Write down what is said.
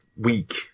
week